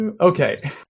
Okay